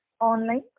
online